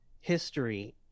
history